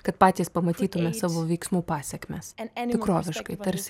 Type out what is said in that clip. kad patys pamatytume savo veiksmų pasekmes tikroviškai tarsi